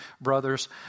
brother's